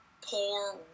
poor